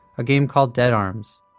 a game called dead arms